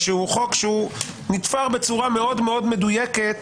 בגלל שהוא נתפר בצורה מאוד מאוד מדויקת